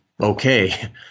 okay